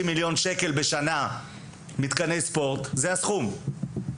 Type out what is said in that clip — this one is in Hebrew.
מיליון שקל בשנה מתקני ספורט זה הסכום,